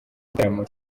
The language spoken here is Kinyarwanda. gitaramo